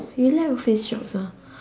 you like office jobs ah